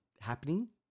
happening